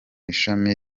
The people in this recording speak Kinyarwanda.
ishami